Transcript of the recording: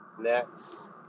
Next